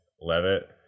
levitt